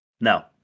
no